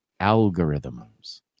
algorithms